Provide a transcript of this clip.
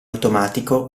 automatico